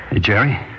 Jerry